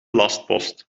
lastpost